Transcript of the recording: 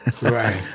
right